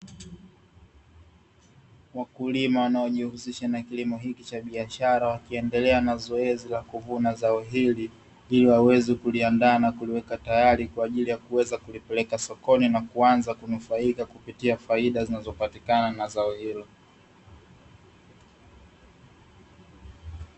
Wakulima wanaojihusisha na kilimo hiki cha biashara wakiendelea na zoezi la kuvuna zao hili, ili waweze kuliandaa na kuliweka tayari kwa ajili ya kuweza kulipeleka sokoni na kuanza kunufaika kupitia faida zinazopatikana na zao hilo.